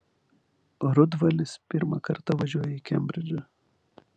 rudvalis pirmą kartą važiuoja į kembridžą